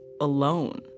alone